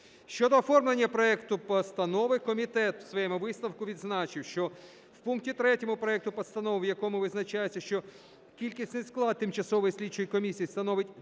Щодо оформлення проекту постанови комітет у своєму висновку відзначив, що у пункті 3 проекту постанови, в якому визначається, що кількісний склад Тимчасової слідчої комісії становить 10